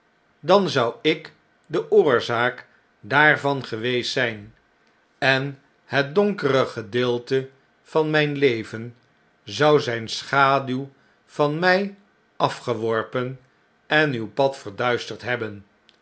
dan zou ik de oorzaak daarvan geweest zp en het donkere gedeelte van mijn leven zou zijn schaduw van mtj afgeworpen en uw pad verduisterd hebben